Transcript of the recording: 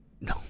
No